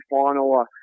final